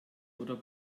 oder